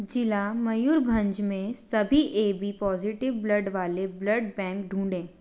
ज़िला मयूर गंज में सभी ए बी पॉजिटिव ब्लड वाले ब्लड बैंक ढूँढें